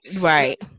Right